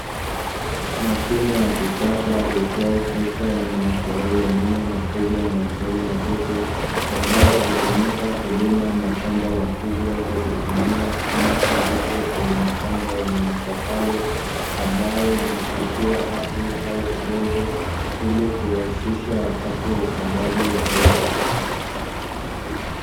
Mashine ya kisasa iitwayo trekta yenye matairi ya nyuma makubwa na ya mbele madogo ambayo hutumika kulima mashamba makubwa kwa kutumia chuma kizito chenye mapanga yenye makali ambayo yanachimba ardhi au udongo ili kurahisisha wakati wa upandaji wa mbegu.